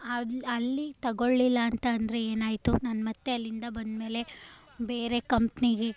ಅದು ಅಲ್ಲಿ ತೊಗೊಳ್ಳಿಲ್ಲ ಅಂತ ಅಂದರೆ ಏನಾಯಿತು ನಾನು ಮತ್ತು ಅಲ್ಲಿಂದ ಬಂದಮೇಲೆ ಬೇರೆ ಕಂಪ್ನಿಗೆ